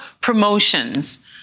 promotions